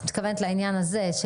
את מתכוונת לעניין הזה,